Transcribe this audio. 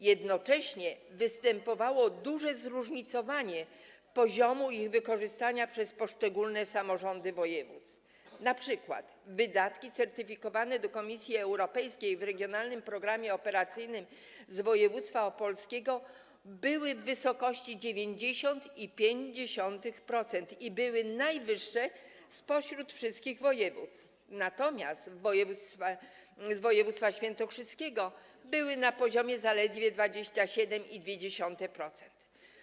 Jednocześnie występowało duże zróżnicowanie poziomu ich wykorzystania przez poszczególne samorządy województw, np. wydatki certyfikowane do Komisji Europejskiej w ramach regionalnego programu operacyjnego województwa opolskiego były w wysokości 90,5% i były najwyższe spośród wszystkich województw, natomiast w ramach RPO województwa świętokrzyskiego były na poziomie zaledwie 27,2%.